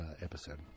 episode